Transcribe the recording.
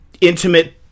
intimate